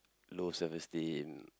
low self esteem